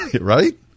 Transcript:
right